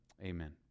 Amen